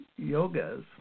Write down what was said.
yogas